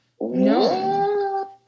No